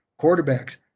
Quarterbacks